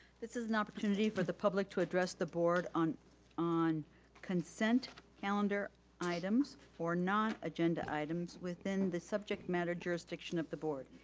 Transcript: this is an opportunity for the public to address the board on on consent calendar items or non-agenda items within the subject matter jurisdiction of the board.